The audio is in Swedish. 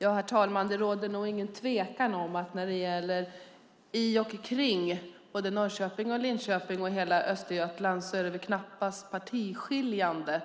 Herr talman! När det gäller vad man faktiskt vill i och kring Norrköping och Linköping och i hela Östergötland är det knappast partiskiljande